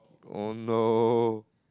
oh no